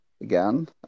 again